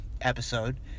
episode